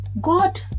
God